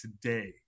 today